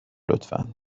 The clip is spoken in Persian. لطفا